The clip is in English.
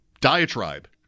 diatribe